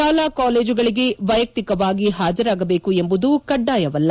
ಶಾಲಾ ಕಾಲೇಜುಗಳಿಗೆ ವೈಯಕ್ತಿಕವಾಗಿ ಪಾಜರಾಗಬೇಕು ಎಂಬುದು ಕಡ್ಡಾಯವಲ್ಲ